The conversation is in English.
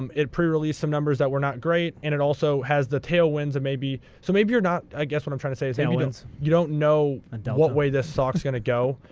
um it pre-released some numbers that were not great, and it also has the tailwinds of maybe so maybe you're not i guess what i'm trying to say is maybe you don't know and what way this stock's going to go.